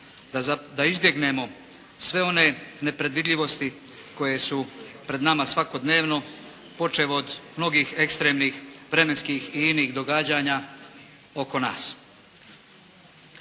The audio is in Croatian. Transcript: da izbjegnemo sve one nepredvidljivosti koje su pred nama svakodnevno počev od mnogih ekstremnih vremenskih i inih događanja oko nas.